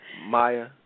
Maya